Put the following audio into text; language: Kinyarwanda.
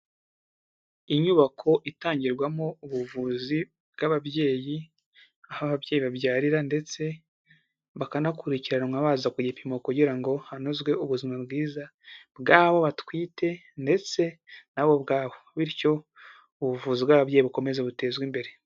Inyubako itangirwamo ubuvuzi bw'ababyeyi aho ababyeyi, aho ababyeyi babyarira ndetse bakanakurikiranwa baza ku gipimo kugira ngo hanozwe ubuzima bwiza bw'abo batwite ndetse nabo ubwabo, bityo ubuvuzi bw'ababyeyi bukomeze butezwe imbere.